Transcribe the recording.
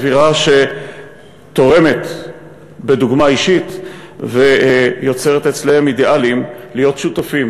אווירה שתורמת בדוגמה אישית ויוצרת אצלם אידיאלים להיות שותפים,